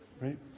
right